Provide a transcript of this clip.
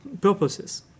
purposes